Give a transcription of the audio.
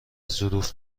ظروف